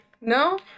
No